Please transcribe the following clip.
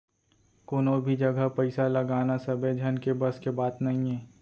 कोनो भी जघा पइसा लगाना सबे झन के बस के बात नइये